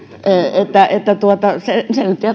se nyt